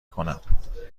کنم